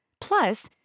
Plus